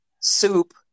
soup